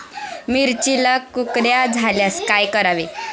मिरचीला कुकड्या झाल्यास काय करावे?